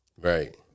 Right